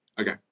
Okay